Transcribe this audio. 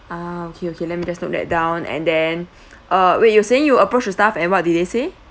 ah okay okay let me just note that down and then uh wait you saying you approach the staff and what did they say